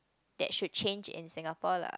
that should change in Singapore lah